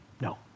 No